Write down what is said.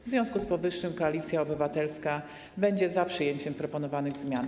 W związku z powyższym Koalicja Obywatelska będzie za przyjęciem proponowanych zmian.